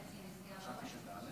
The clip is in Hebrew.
שלוש דקות, בבקשה.